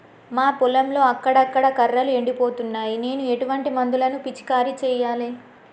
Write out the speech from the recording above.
మా పొలంలో అక్కడక్కడ కర్రలు ఎండిపోతున్నాయి నేను ఎటువంటి మందులను పిచికారీ చెయ్యాలే?